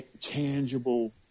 Tangible